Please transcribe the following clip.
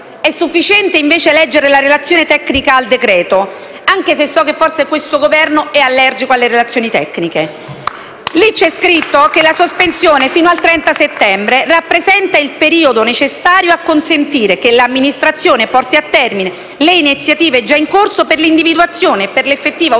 È sufficiente invece leggere la relazione tecnica al decreto, anche se forse questo Governo è allergico alle relazioni tecniche *(Applausi dal Gruppo PD)*. Lì c'è scritto che la sospensione fino al 30 settembre rappresenta «il periodo necessario a consentire che l'amministrazione porti a termine le iniziative già in corso per l'individuazione e per l'effettiva